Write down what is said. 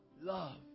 Love